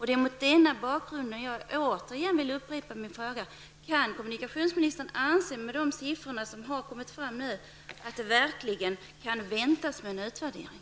Det är mot denna bakgrund jag återigen vill upprepa min fråga: Anser kommunikationsministern, efter de siffror som jag här har redovisat, att det verkligen kan vänta med en utvärdering?